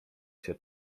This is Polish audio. się